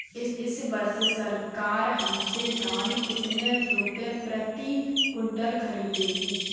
इस वर्ष सरकार हमसे धान कितने रुपए प्रति क्विंटल खरीदेगी?